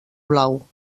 blau